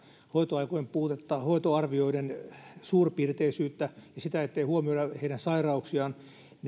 hoitoaikojen puutetta hoitoarvioiden suurpiirteisyyttä ja sitä että ei huomioida heidän sairauksiaan